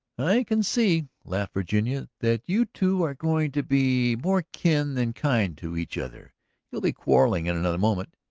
i can see, laughed virginia, that you two are going to be more kin than kind to each other you'll be quarrelling in another moment.